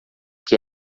que